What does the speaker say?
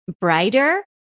Brighter